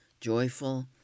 joyful